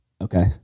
Okay